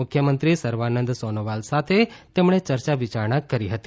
મુખ્યમંત્રી સર્વાનંદ સોનોવાલ સાથે તેમણે ચર્ચા વિયારણા કરી હતી